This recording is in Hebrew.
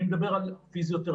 אני מדבר על פיזיותרפיסט,